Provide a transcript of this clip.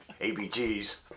ABGs